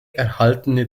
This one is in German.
erhaltene